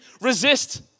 resist